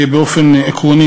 באופן עקרוני,